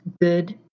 good